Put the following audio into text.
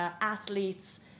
athletes